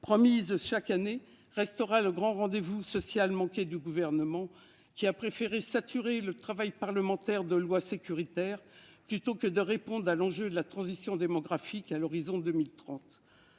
promise chaque année. Elle restera pourtant le rendez-vous social manqué du Gouvernement, lequel a préféré saturer le travail parlementaire de lois sécuritaires plutôt que de répondre à l'enjeu de la transition démographique à l'horizon de 2030.